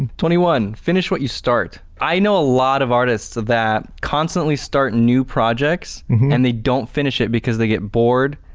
twenty one, finish what you start. i know a lot of artists that constantly start new projects and they don't finish it because they get bored.